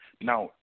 Now